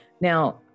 Now